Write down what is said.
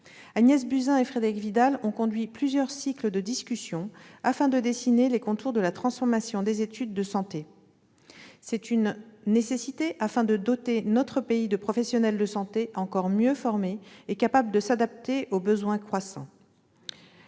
Agnès Buzyn et Frédérique Vidal ont conduit plusieurs cycles de discussion afin de dessiner les contours de la transformation des études de santé. C'est une nécessité afin de doter notre pays de professionnels de santé encore mieux formés et capables de s'adapter aux besoins croissants.